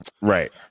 Right